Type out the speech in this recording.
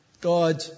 God